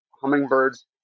hummingbirds